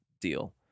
deal